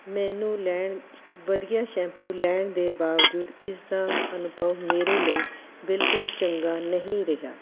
ਮੈਨੂੰ ਲੈਣ ਵਧੀਆ ਸ਼ੈਂਪੂ ਲੈਣ ਦੇ ਬਾਵਜੂਦ ਇਸਦਾ ਅਨੁਭਵ ਮੇਰੇ ਲਈ ਬਿਲਕੁਲ ਚੰਗਾ ਨਹੀਂ ਰਿਹਾ